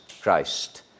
Christ